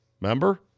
Remember